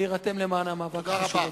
להירתם למאבק החשוב הזה.